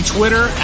Twitter